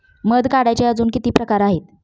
मध काढायचे अजून किती प्रकार आहेत?